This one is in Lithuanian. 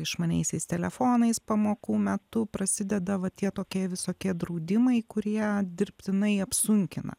išmaniaisiais telefonais pamokų metu prasideda va tie tokie visokie draudimai kurie dirbtinai apsunkina